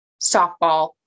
softball